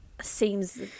seems